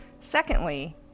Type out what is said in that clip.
secondly